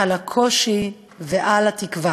על הקושי ועל התקווה.